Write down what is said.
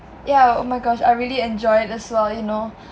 yah oh my gosh I really enjoy the slo~ you know